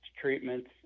treatments